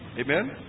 Amen